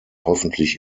hoffentlich